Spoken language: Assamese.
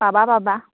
পাবা পাবা